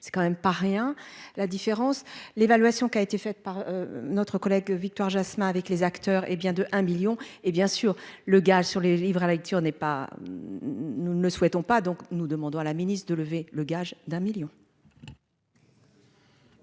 c'est quand même pas rien, la différence, l'évaluation qui a été faite par notre collègue Victoire Jasmin avec les acteurs et bien de un 1000000, et bien sûr le gaz sur les livres à la lecture n'est pas, nous ne le souhaitons pas donc nous demandons à la ministre de lever le gage d'un million.